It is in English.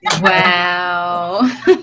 Wow